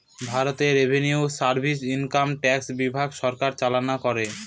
ভারতে revenue service income tax বিভাগ সরকার চালনা করে